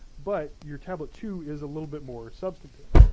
but your tablet two is a little bit more substantive.